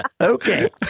Okay